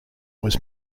was